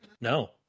No